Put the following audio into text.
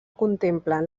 contemplen